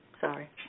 Sorry